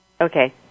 Okay